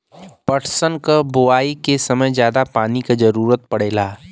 पटसन क बोआई के समय जादा पानी क जरूरत पड़ेला